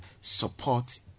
support